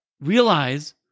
realize